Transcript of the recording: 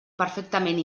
perfectament